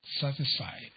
satisfied